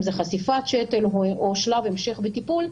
אם זה חשיפת שתל או שלב המשך בטיפול,